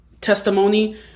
testimony